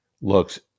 looks